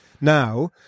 now